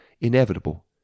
inevitable